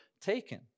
taken